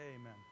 Amen